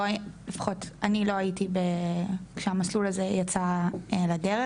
אני לא הייתי כשהמסלול הזה יצא לדרך,